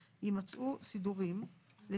יימצאו במרכז סידורים לפי הוראות תקנה